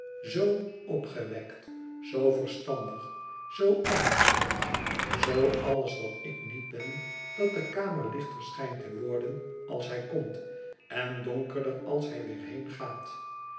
zoo opgewekt zoo verstandig zoo ernstig zoo alles wat ik niet ben dat de kamer lichter schijnt te worden als hij komt en donkerder als hij weer heen gaat